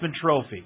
Trophy